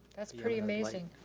that's pretty amazing.